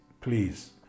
please